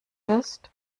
bist